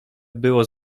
było